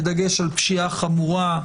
בדגש על פשיעה חמורה,